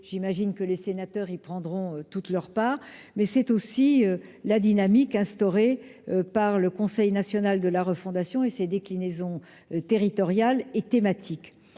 J'imagine que les sénateurs y prendront toute leur part. C'est également la dynamique enclenchée par le Conseil national de la refondation et ses déclinaisons territoriales et thématiques.